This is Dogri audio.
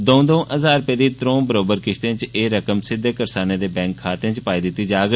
दऊं दऊं ज्हार रपे दी त्रऊं बरोबर किष्तें च एह् रकम सिद्दे करसानें दे बैंक खातें च पाई दित्ती जाग